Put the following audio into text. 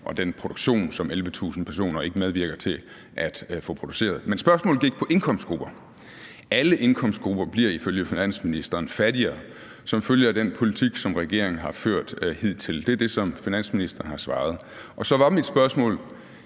og den produktion, som 11.000 personer ikke medvirker til at producere. Men spørgsmålet gik på indkomstgrupper. Alle indkomstgrupper bliver ifølge finansministeren fattigere som følge af den politik, som regeringen har ført hidtil. Det er det, som finansministeren har svaret. Og så var mit spørgsmål: